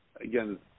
Again